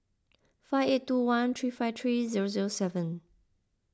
five eight two one three five three zero zero seven